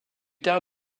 tard